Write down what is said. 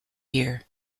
year